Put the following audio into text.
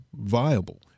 viable